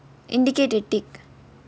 indicate with tick